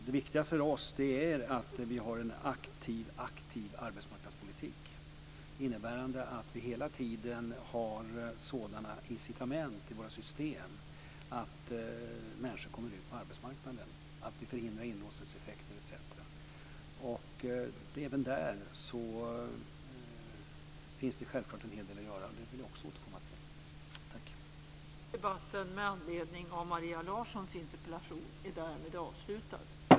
Det viktiga för oss är att vi har en aktiv arbetsmarknadspolitik, innebärande att vi hela tiden har sådana incitament i våra system att människor kommer ut på arbetsmarknaden, att vi förhindrar inlåsningseffekter etc.